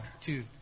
two